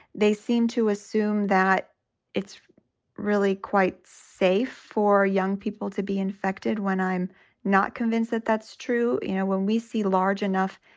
they seem to assume that it's really quite safe for young people to be infected when i'm not convinced that that's true. you know, when we see large enough